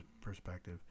perspective